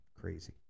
Crazy